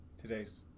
today's